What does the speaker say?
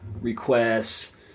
requests